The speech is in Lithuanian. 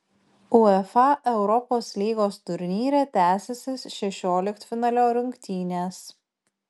uefa europos lygos turnyre tęsėsi šešioliktfinalio rungtynės